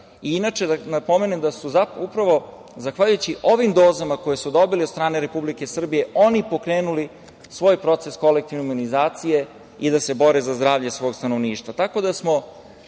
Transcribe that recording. Inače, da napomenem da su upravo zahvaljujući ovim dozama koje su dobili od strane Republike Srbije oni pokrenuli svoj proces kolektivne imunizacije i da se bore za zdravlje svog stanovništva. Tako da, kao